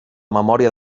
memòria